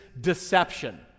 deception